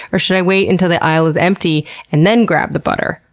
or should i wait until the aisle is empty and then grab the butter?